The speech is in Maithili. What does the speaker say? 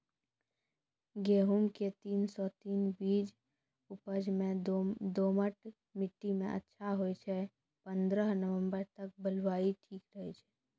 गेहूँम के तीन सौ तीन बीज उपज मे दोमट मिट्टी मे अच्छा होय छै, पन्द्रह नवंबर तक बुआई ठीक रहै छै